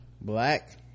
Black